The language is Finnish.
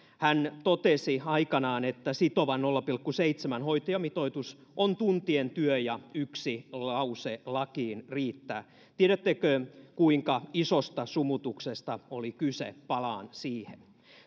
hän totesi aikanaan että sitova nolla pilkku seitsemän hoitajamitoitus on tuntien työ ja yksi lause lakiin riittää tiedättekö kuinka isosta sumutuksesta oli kyse palaan siihen